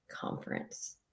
conference